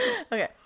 Okay